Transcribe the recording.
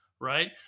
Right